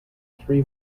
three